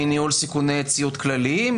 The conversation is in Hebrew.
מניהול סיכוני ציוד כלליים.